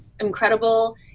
incredible